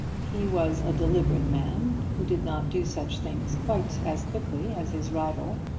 he was a deliberate man, who did not do such things quite as quickly as his rival,